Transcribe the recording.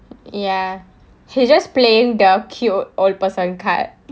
ya he's just playing the cute old person card